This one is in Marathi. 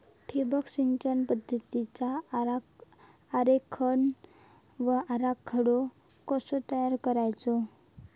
ठिबक सिंचन पद्धतीचा आरेखन व आराखडो कसो तयार करायचो?